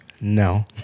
no